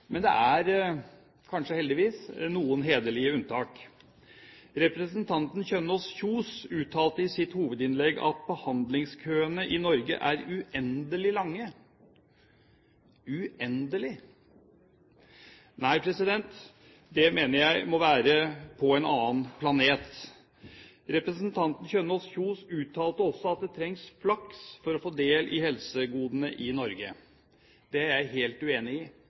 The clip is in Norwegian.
men det er – kanskje heldigvis – noen hederlige unntak. Representanten Kjønaas Kjos uttalte i sitt hovedinnlegg at behandlingskøene i Norge er uendelig lange – uendelig? Nei, det mener jeg må være på en annen planet. Representanten Kjønaas Kjos uttalte også at man trenger flaks for få del i helsegodene i Norge. Det er jeg helt uenig i.